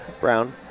brown